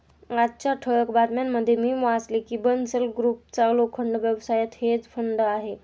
आजच्या ठळक बातम्यांमध्ये मी वाचले की बन्सल ग्रुपचा लोखंड व्यवसायात हेज फंड आहे